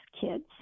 kids